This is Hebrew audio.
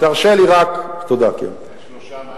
תרשה לי, שלושה מה?